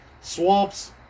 swamps